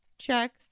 checks